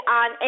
on